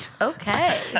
Okay